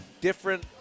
different